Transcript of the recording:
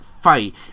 fight